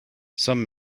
some